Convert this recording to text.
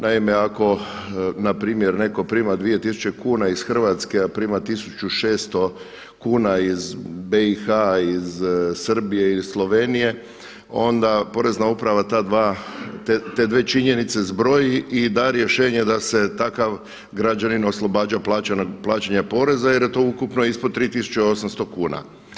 Naime, ako npr. netko prima 2000 kuna iz Hrvatske a prima 1600 kuna iz BiH-a, iz Srbije ili Slovenije onda porezna uprava ta dva, te dvije činjenice zbroji i da rješenje da se takav građanin oslobađa plaćanja poreza jer je to ukupno ispod 3800 kuna.